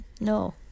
No